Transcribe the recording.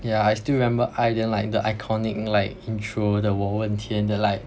yeah I still remember I didn't like the iconic like intro the 我问天 the like